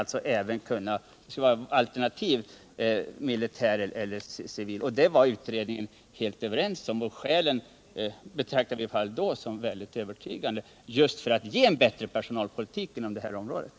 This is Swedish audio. Det skall alltså finnas alternativ: militär eller civil chef. På den punkten var utredningen helt enig. Och man betraktade skälen som övertygande — just för att man skall kunna erbjuda en bättre personalpolitik inom försvarsmakten.